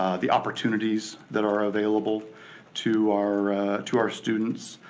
the opportunities that are available to our to our students.